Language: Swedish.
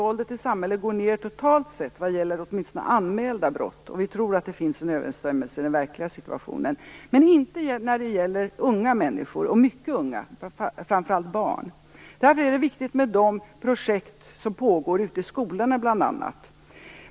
Våldet i samhället har totalt sett minskat, åtminstone när det gäller anmälda brott. Och vi tror att det finns en överensstämmelse med den verkliga situationen. Men vi har inte lyckats när det gäller unga människor, framför allt barn. Därför är bl.a. de projekt som pågår ute i skolorna viktiga.